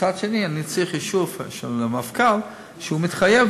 מצד אחד אני צריך אישור של המפכ"ל שהוא מתחייב